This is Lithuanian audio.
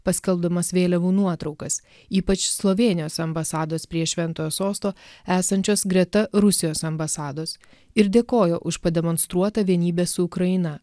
paskelbdamas vėliavų nuotraukas ypač slovėnijos ambasados prie šventojo sosto esančios greta rusijos ambasados ir dėkojo už pademonstruotą vienybę su ukraina